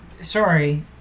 Sorry